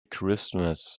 christmas